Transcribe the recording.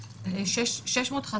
ה-20,391.